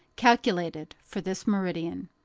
calculated for this meridian.